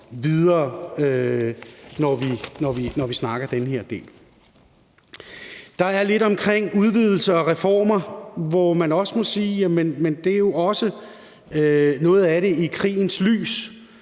Der er lidt om udvidelse og reformer, hvor man må sige, at noget af det jo også skal ses i krigens lys